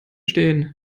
stehen